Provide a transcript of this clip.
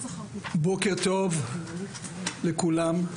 בוקר טוב לכולם,